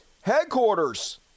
headquarters